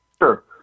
Sure